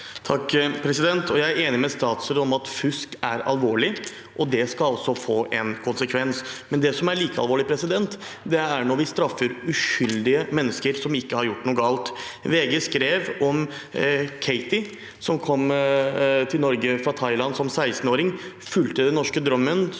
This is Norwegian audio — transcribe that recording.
(FrP) Jeg er enig med statsråden i at fusk er alvorlig, og at det skal få en konsekvens, men det som er like alvorlig, er når vi straffer uskyldige mennesker som ikke har gjort noe galt. VG skrev om Katie, som kom til Norge fra Thailand som 16-åring, fulgte den norske drømmen,